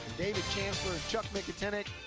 david chancellor, chuck miketinec,